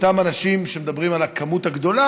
אותם אנשים שמדברים על המספר הגדול,